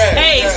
hey